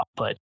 output